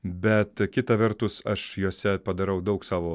bet kita vertus aš juose padarau daug savo